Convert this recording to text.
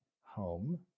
Home